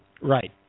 Right